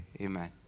Amen